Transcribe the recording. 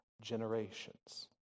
generations